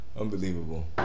unbelievable